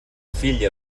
fill